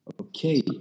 Okay